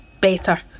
better